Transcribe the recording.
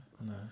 no